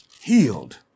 healed